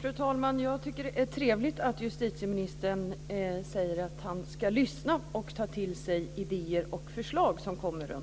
Fru talman! Jag tycker att det är trevligt att justitieministern säger att han ska lyssna och ta till sig idéer och förslag som kommer,